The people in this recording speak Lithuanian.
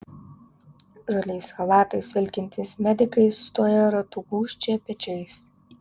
žaliais chalatais vilkintys medikai sustoję ratu gūžčioja pečiais